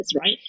right